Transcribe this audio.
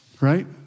right